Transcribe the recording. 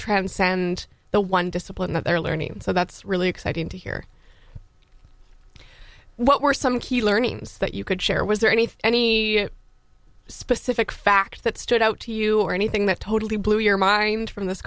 transcend the one discipline that they're learning and so that's really exciting to hear what were some key learnings that you could share was there any any specific facts that stood out to you or anything that totally blew your mind from this